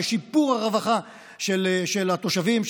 לשיפור הרווחה של התושבים,